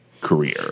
career